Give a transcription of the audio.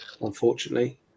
unfortunately